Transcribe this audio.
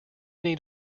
need